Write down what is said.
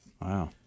Wow